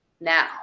now